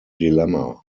dilemma